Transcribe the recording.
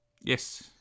Yes